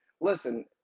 listen